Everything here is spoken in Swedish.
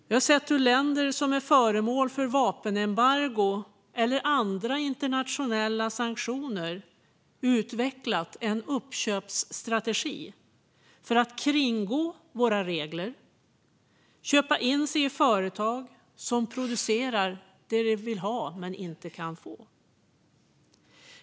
Vi har sett hur länder som är föremål för vapenembargon eller andra internationella sanktioner utvecklat en uppköpsstrategi för att kringgå våra regler och köpa in sig i företag som producerar det de vill ha men inte kan få.